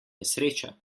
nesreča